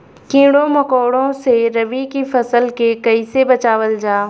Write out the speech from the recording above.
कीड़ों मकोड़ों से रबी की फसल के कइसे बचावल जा?